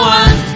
one